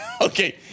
Okay